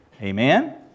Amen